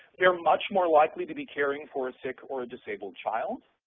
they're much more likely to be caring for a sick or a disabled child.